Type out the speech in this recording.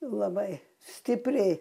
labai stipriai